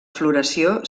floració